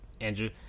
Andrew